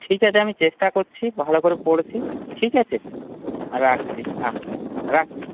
ঠিক আছে আমি চেষ্টা করছি ভালো করে পড়ছি ঠিক আছে রাখছি হ্যাঁ রাখছি